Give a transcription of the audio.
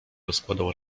rozkładał